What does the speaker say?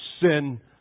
sin